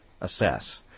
assess